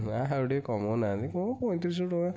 ନା ଆଉ ଟିକେ କମାଉ ନାହାଁନ୍ତି କ'ଣ ପଞ୍ଚତିରିଶିଶହ ଟଙ୍କା